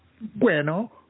Bueno